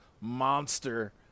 monster